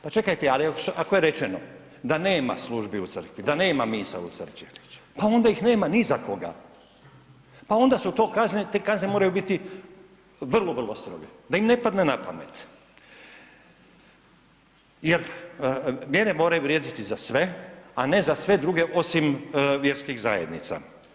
Pa čekajte, ako je rečeno da nema službi u crkvi, da nema misa u crkvi pa onda ih nema ni za koga, pa onda su to kazne i te kazne moraju biti vrlo, vrlo stroge da im ne padne na pamet jer mjere moraju vrijediti za sve, a ne za sve druge osim vjerskih zajednica.